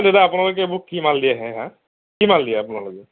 দাদা আপোনালোকে কি এইবোৰ কি মাল দিয়েহে হাঁ কি মাল দিয়ে আপোনালোকে